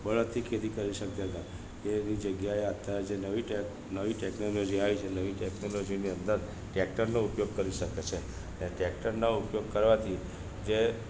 બળદથી ખેતી કરી શકતા હતા કે એવી જગ્યાએ અત્યારે જે નવી ટેકલોજી આવી છે નવી ટેકનોલોજીની અંદર ટેક્ટરનો ઉપયોગ કરી શકે છે અને ટેક્ટરના ઉપયોગ કરવાથી જે